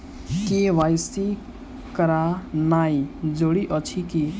KYC करानाइ जरूरी अछि की?